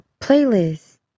playlist